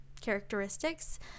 characteristics